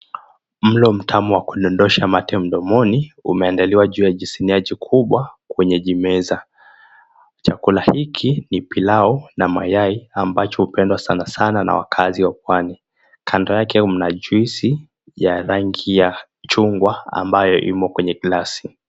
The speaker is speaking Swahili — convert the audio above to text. Mlo mtamu wa kudondosha mate mdomoni umeandaliwa juu ya jisinia jikubwa kwenye jimeza. Chakula hiki ni pilau na mayai ambacho hupendwa sana sana na wakaazi wa pwani. Kando yake mna juice ya rangi ya chungwa ambayo imo kwenye glasi.